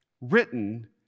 written